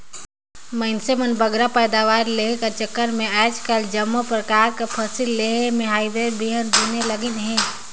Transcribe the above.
मइनसे मन बगरा पएदावारी लेहे कर चक्कर में आएज काएल जम्मो परकार कर फसिल लेहे में हाईब्रिड बीहन बुने में लगिन अहें